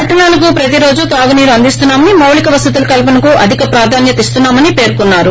పట్టణాలకు ప్రతిరోజు తాగునీరు అందిస్తున్నామని మౌలిక వసతుల కల్పనకు అధిక ప్రాధన్యతనిస్తున్నామని పేర్కొన్నారు